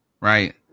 right